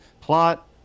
plot